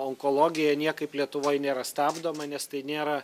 onkologija niekaip lietuvoj nėra stabdoma nes tai nėra